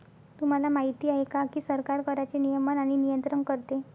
तुम्हाला माहिती आहे का की सरकार कराचे नियमन आणि नियंत्रण करते